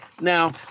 Now